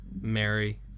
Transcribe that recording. Mary